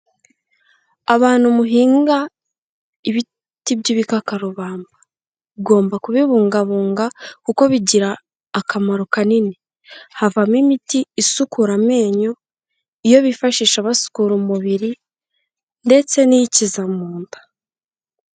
Abantu muhinga ibiti by'ibikakarubamba. Ugomba kubibungabunga kuko bigira akamaro kanini. Havamo imiti isukura amenyo, iyo bifashisha basukura umubiri ndetse n'ikiza mu nda.